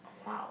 !wow!